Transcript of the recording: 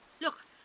Look